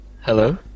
hello